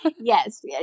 Yes